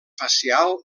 facial